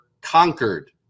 conquered